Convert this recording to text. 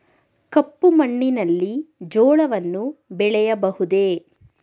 ಕಪ್ಪು ಮಣ್ಣಿನಲ್ಲಿ ಜೋಳವನ್ನು ಬೆಳೆಯಬಹುದೇ?